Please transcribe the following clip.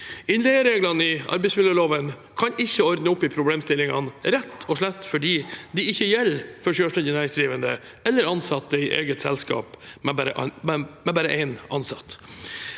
Innleiereglene i arbeidsmiljøloven kan ikke ordne opp i problemstillingene – rett og slett fordi de ikke gjelder for selvstendig næringsdrivende eller ansatte i eget selskap med bare én ansatt.